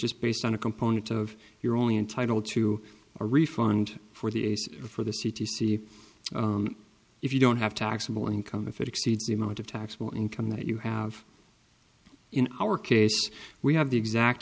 just based on a component of your only entitled to a refund for the ace for the city see if you don't have taxable income if it exceeds the amount of taxable income that you have in our case we have the exact